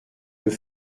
deux